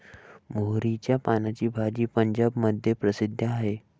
मोहरीच्या पानाची भाजी पंजाबमध्ये प्रसिद्ध आहे